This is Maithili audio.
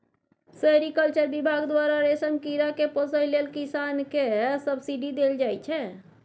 सेरीकल्चर बिभाग द्वारा रेशम कीरा केँ पोसय लेल किसान केँ सब्सिडी देल जाइ छै